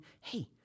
Hey